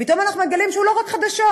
ופתאום אנחנו מגלים שהוא לא רק חדשות,